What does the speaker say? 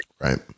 Right